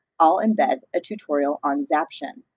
i'll embed a tutorial on zaption,